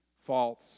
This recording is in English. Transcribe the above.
false